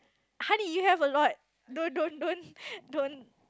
honey you have a lot don't don't don't